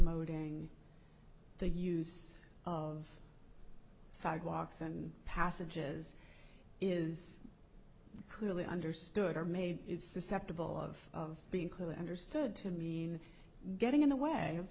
mode in the use of sidewalks and passages is clearly understood or made is susceptible of being clearly understood to mean getting in the way